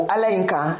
Alainka